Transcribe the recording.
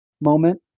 moment